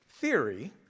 theory